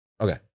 Okay